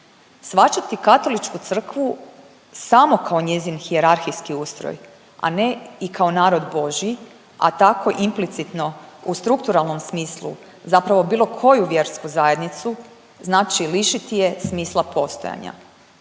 Shvaćati Katoličku crkvu samo kao njezin hijerarhijski ustroj, a ne i kao narod božji, a tako implicitno u strukturalnom smislu zapravo bilo koju vjersku zajednicu, znači lišiti je smisla postojanja.